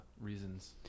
reasons